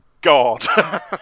God